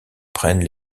prennent